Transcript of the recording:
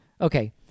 Okay